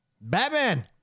Batman